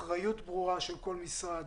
אחריות ברורה של כל משרד,